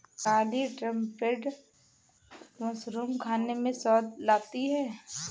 काली trumpet mushroom खाने में स्वाद लाती है